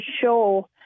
show